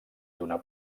d’una